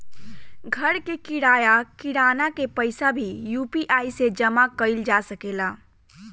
घर के किराया, किराना के पइसा भी यु.पी.आई से जामा कईल जा सकेला